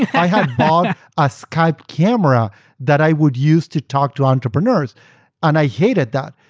i had bought a skype camera that i would use to talk to entrepreneurs and i hated that,